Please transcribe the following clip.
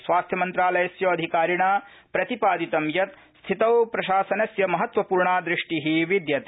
स्वास्थ्यमन्त्रालयस्य अधिकारिणा प्रतिपादितं यत् स्थितौ प्रशासनस्य महत्वपूर्णा दृष्टि विद्यते